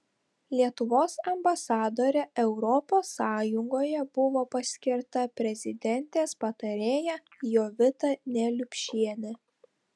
lietuvos ambasadore europos sąjungoje buvo paskirta prezidentės patarėja jovita neliupšienė